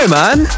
man